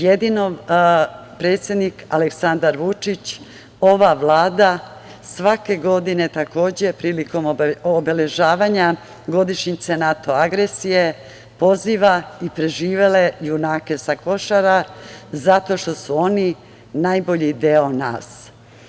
Jedino predsednik Aleksandar Vučić, ova Vlada, svake godine, takođe, prilikom obeležavanja godišnjice NATO agresije poziva i preživele junake sa Košara, jer su oni najbolji deo nas.